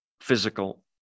physical